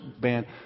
band